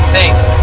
Thanks